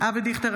אבי דיכטר,